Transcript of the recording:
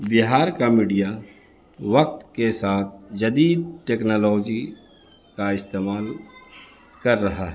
بہار کا میڈیا وقت کے ساتھ جدید ٹیکنالوجی کا استعمال کر رہا ہے